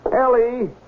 Ellie